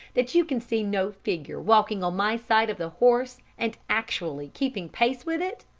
that you can see no figure walking on my side of the horse and actually keeping pace with it?